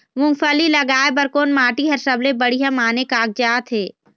मूंगफली लगाय बर कोन माटी हर सबले बढ़िया माने कागजात हे?